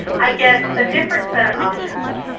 i get a different set of options.